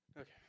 okay